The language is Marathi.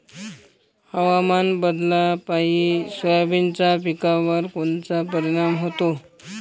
हवामान बदलापायी सोयाबीनच्या पिकावर कोनचा परिणाम होते?